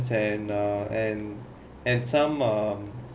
and err and and some uh